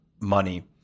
money